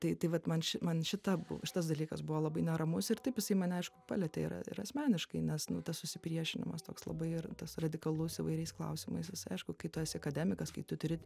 tai tai vat man ši man šita šitas dalykas buvo labai neramus ir taip jisai mane aišku palietė ir ir asmeniškai nes nu tas susipriešinimas toks labai ir tas radikalus įvairiais klausimais jis aišku kai tu esi akademikas kai tu turi